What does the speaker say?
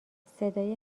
صدای